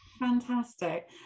fantastic